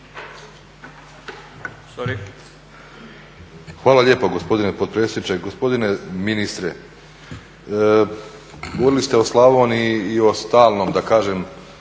Hvala lijepa gospodine potpredsjedniče. Gospodine ministre, govorili ste o Slavoniji i o stalnom da kažem